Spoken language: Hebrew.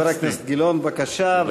חבר הכנסת גילאון, בבקשה.